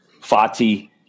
Fati